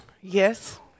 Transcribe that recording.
Yes